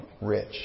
rich